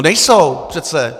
Nejsou přece.